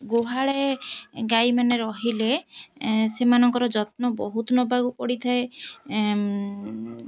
ଗୁହାଳେ ଗାଈ ମାନେ ରହିଲେ ସେମାନଙ୍କର ଯତ୍ନ ବହୁତ ନେବାକୁ ପଡ଼ିଥାଏ